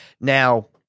Now